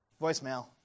Voicemail